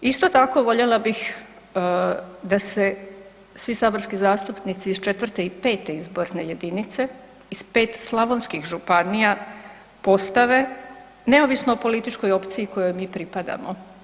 Isto tako, voljela bih da se svi saborski zastupnici iz IV. i V. izborne jedinice, iz 5 slavonskih županija postave neovisno o političkoj opciji kojoj mi pripadamo.